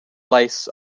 lace